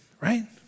right